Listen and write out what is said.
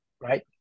right